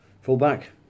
Full-back